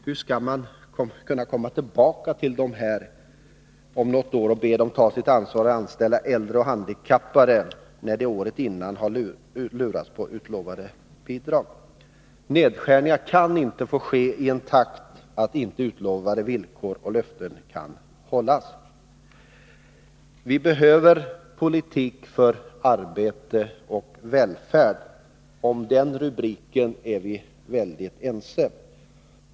Hur skall man kunna komma tillbaka om något år och be dem ta sitt ansvar och anställa äldre och handikappade, när de året innan har lurats på utlovade bidrag? Nedskärningar kan inte få ske i sådan takt att utställda löften inte kan hållas. Vi behöver politik för arbete och välfärd — om den rubriken är vi väl ense.